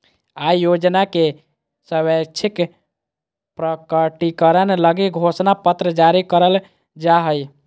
आय योजना के स्वैच्छिक प्रकटीकरण लगी घोषणा पत्र जारी करल जा हइ